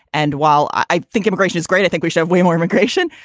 and while i think immigration is great, i think we so have way more immigration.